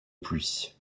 pluie